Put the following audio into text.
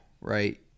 right